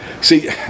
See